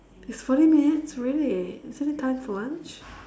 it's forty minutes really isn't it time for lunch